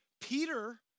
Peter